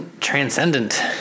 transcendent